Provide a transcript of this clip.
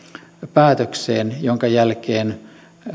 päätökseen minkä jälkeen